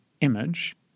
image